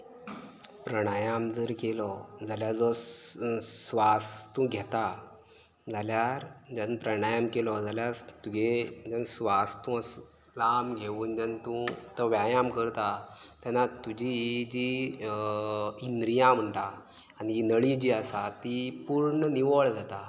प्राणायाम जर केलो जाल्यार जो श्वास तूं घेता जाल्यार जेन्ना प्राणायाम केलो जाल्यार तुगे श्वास तूं लांब घेवन जेन्ना तूं तो व्यायाम करता तेन्ना तुजी ही जी इंद्रिया म्हणटा आनी ती नळी जी आसा ती पूर्ण निवळ जाता